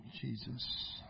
Jesus